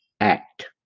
act